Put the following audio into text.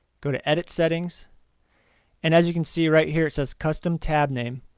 go to edit settings and as you can see right here. it says custom tab name'.